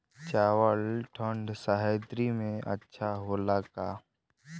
चावल ठंढ सह्याद्री में अच्छा होला का?